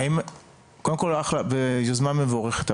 זו יוזמה מבורכת.